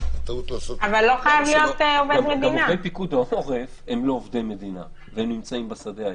גם עובדי פיקוד העורף הם לא עובדי מדינה והם נמצאים בשדה.